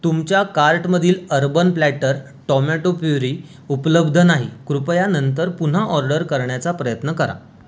तुमच्या कार्टमधील Urban Platter tomato puree उपलब्ध नाही कृपया नंतर पुन्हा ऑर्डर करण्याचा प्रयत्न करा